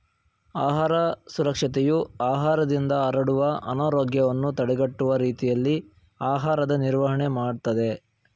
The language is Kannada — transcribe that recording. ಆಹಾರ ಸುರಕ್ಷತೆಯು ಆಹಾರದಿಂದ ಹರಡುವ ಅನಾರೋಗ್ಯವನ್ನು ತಡೆಗಟ್ಟುವ ರೀತಿಯಲ್ಲಿ ಆಹಾರದ ನಿರ್ವಹಣೆ ಮಾಡ್ತದೆ